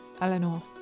Eleanor